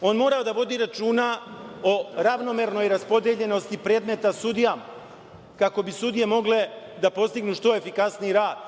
On mora da vodi računa o ravnomernoj raspodeljenosti predmeta sudijama kako bi sudije mogle da postignu što efikasniji rad.